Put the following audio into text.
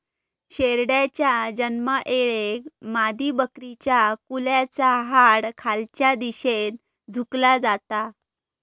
शेरडाच्या जन्मायेळेक मादीबकरीच्या कुल्याचा हाड खालच्या दिशेन झुकला जाता